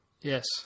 Yes